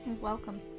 Welcome